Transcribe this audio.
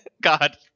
God